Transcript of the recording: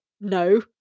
no